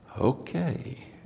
Okay